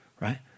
Right